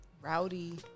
rowdy